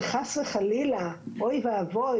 שחס וחלילה אוי ואבוי,